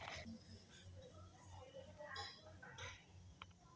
तुमका माहीत हा काय, की सूक्ष्म वित्त गरीब लोकांका छोट्या व्यापारासाठी देतत